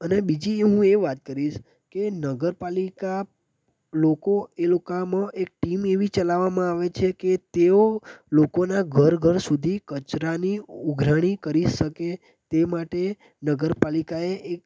અને બીજી હું એ વાત કરીશ કે નગરપાલિકા લોકો એ લોકામાં એક ટીમ એવી ચલાવવામાં આવે છે કે તેઓ લોકોના ઘર ઘર સુધી કચરાની ઉઘરાણી કરી શકે તે માટે નગરપાલિકાએ એક